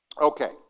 Okay